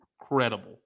Incredible